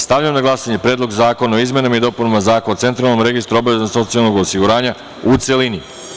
Stavljam na glasanje Predlog zakona o izmenama i dopunama Zakona o Centralnom registru obaveznog socijalnog osiguranja, u celini.